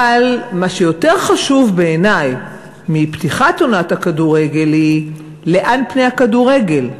אבל מה שיותר חשוב בעיני מפתיחת עונת הכדורגל הוא לאן פני הכדורגל,